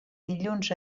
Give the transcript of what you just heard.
dilluns